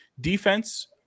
defense